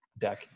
deck